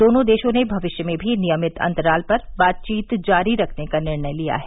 दोनों देशों ने भविष्य में भी नियमित अंतराल पर बातचीत जारी रखने का निर्णय लिया है